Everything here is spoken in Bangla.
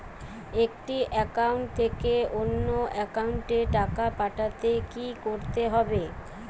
একটি একাউন্ট থেকে অন্য একাউন্টে টাকা পাঠাতে কি করতে হবে?